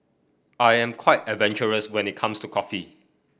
I'm quite adventurous when it comes to coffee